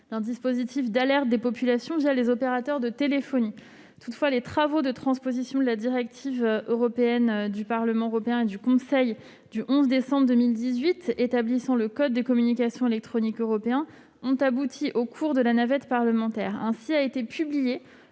d'un dispositif d'alerte des populations les opérateurs de téléphonie. Toutefois, les travaux de transposition de la directive du Parlement européen et du Conseil du 11 décembre 2018 établissant le code des communications électroniques européen ont abouti au cours de la navette parlementaire. Ainsi a été publiée